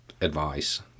advice